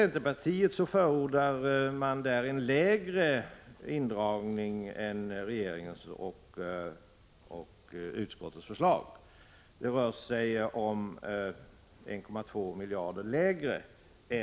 Centerpartiet föreslår en lägre indragning än regeringen och utskottet; det rör sig om 1,2 miljarder.